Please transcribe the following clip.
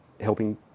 helping